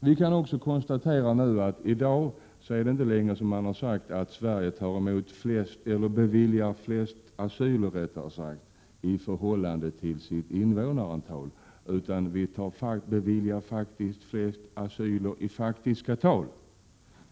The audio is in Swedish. Vi kan också konstatera att Sverige i dag inte bara beviljar flest asyler i förhållande till sitt invånarantal utan att vi även i faktiska tal beviljar flest asyler.